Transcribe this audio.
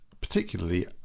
particularly